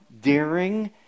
daring